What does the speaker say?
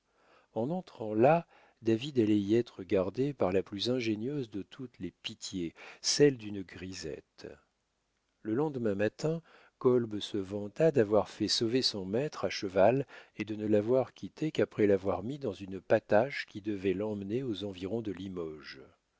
en entrant là david allait y être gardé par la plus ingénieuse de toutes les pitiés celle d'une grisette le lendemain matin kolb se vanta d'avoir fait sauver son maître à cheval et de ne l'avoir quitté qu'après l'avoir mis dans une patache qui devait l'emmener aux environs de limoges